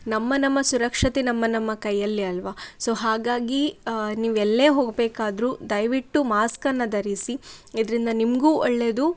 ನಮ್ಮ ನಮ್ಮ ಸುರಕ್ಷತೆ ನಮ್ಮ ನಮ್ಮ ಕೈಯಲ್ಲಿ ಅಲ್ಲವ ಸೊ ಹಾಗಾಗಿ ನೀವು ಎಲ್ಲೇ ಹೋಗಬೇಕಾದ್ರು ದಯವಿಟ್ಟು ಮಾಸ್ಕನ್ನು ಧರಿಸಿ ಇದರಿಂದ ನಿಮಗೂ ಒಳ್ಳೆಯದು